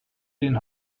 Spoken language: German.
den